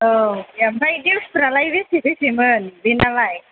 औ आमफ्राय दिउसफ्रा लाय बेसे बेसे मोन बेनालाय